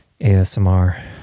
ASMR